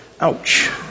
Ouch